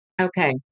Okay